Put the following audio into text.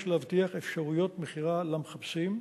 יש להבטיח אפשרויות מכירה למחפשים,